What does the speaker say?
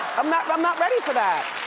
i'm not but i'm not ready for that.